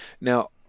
Now